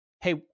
Hey